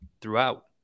throughout